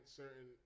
certain